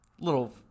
Little